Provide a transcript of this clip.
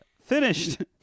Finished